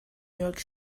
york